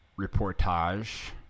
reportage